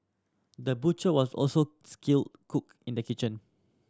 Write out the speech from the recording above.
the butcher was also skilled cook in the kitchen